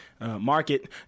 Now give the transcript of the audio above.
market